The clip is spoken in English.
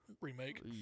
remake